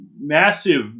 massive